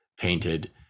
painted